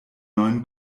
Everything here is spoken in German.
neuen